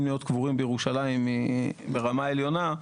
להיות קבורים בירושלים ברמה העליונה,